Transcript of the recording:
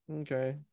Okay